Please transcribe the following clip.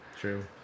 True